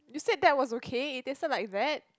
you said that was okay it tasted like that